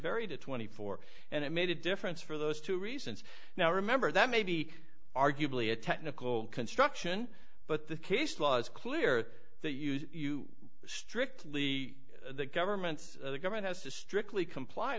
vary to twenty four and it made a difference for those two reasons now remember that may be arguably a technical construction but the case law is clear that you strictly the government's the government has to strictly comply